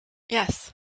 yes